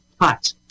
hot